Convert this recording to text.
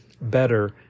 better